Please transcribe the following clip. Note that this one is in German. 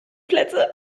plätze